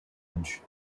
edge